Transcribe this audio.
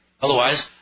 Otherwise